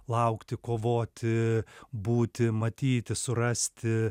laukti kovoti būti matyti surasti